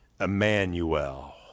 Emmanuel